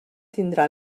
tindrà